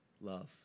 love